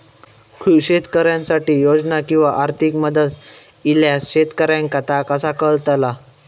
शेतकऱ्यांसाठी योजना किंवा आर्थिक मदत इल्यास शेतकऱ्यांका ता कसा कळतला?